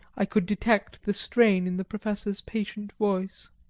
i could detect the strain in the professor's patient voice.